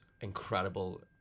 incredible